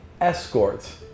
escort